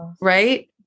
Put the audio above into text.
Right